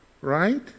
Right